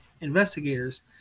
investigators